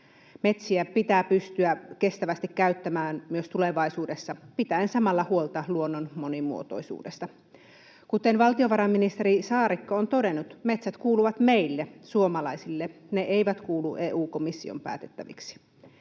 Metsiä pitää pystyä kestävästi käyttämään myös tulevaisuudessa pitäen samalla huolta luonnon monimuotoisuudesta. Kuten valtiovarainministeri Saarikko on todennut, metsät kuuluvat meille suomalaisille, ne eivät kuulu EU-komission päätettäviksi.